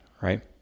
Right